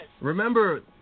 Remember